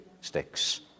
sticks